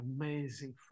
Amazing